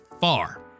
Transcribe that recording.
far